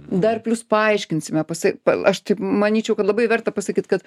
dar plius paaiškinsime pasai aš taip manyčiau kad labai verta pasakyt kad